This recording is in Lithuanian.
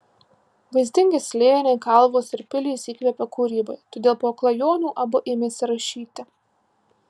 vaizdingi slėniai kalvos ir pilys įkvepia kūrybai todėl po klajonių abu ėmėsi rašyti